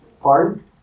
Pardon